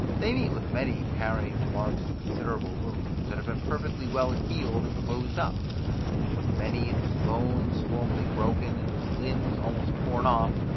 they meet with many carrying the marks of considerable wounds, that have been perfectly well healed and closed up with many, whose bones formerly broken, and whose limbs almost torn off,